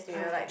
ah